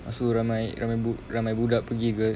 lepas tu ramai bu~ ramai budak pergi ke